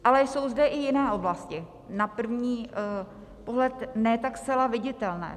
Ale jsou zde i jiné oblasti, na první pohled ne tak zcela viditelné.